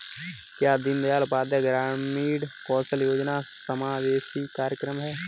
क्या दीनदयाल उपाध्याय ग्रामीण कौशल योजना समावेशी कार्यक्रम है?